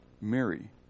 Mary